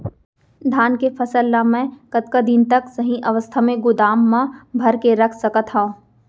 धान के फसल ला मै कतका दिन तक सही अवस्था में गोदाम मा भर के रख सकत हव?